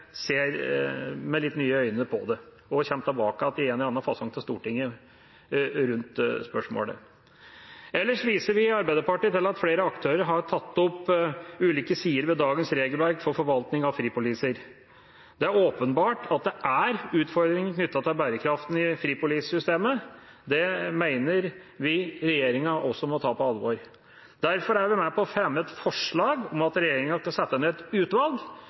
ser med litt nye øyne på det og kommer tilbake til Stortinget med dette spørsmålet i en eller annen fasong. Ellers viser vi i Arbeiderpartiet til at flere aktører har tatt opp ulike sider ved dagens regelverk for forvaltning av fripoliser. Det er åpenbart at det er utfordringer knyttet til bærekraften i fripolisesystemet, det mener vi regjeringa også må ta på alvor. Derfor er vi med på å fremme et forslag om at regjeringa skal sette ned et utvalg